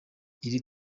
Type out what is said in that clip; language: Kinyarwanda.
iri